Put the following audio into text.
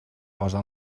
posa